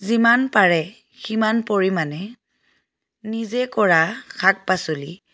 যিমান পাৰে সিমান পৰিমাণে নিজে কৰা শাক পাচলি